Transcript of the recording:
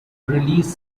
release